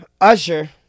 Usher